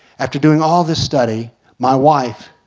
after doing all this study my wife,